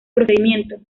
procedimiento